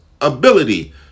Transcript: ability